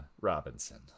Robinson